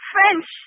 French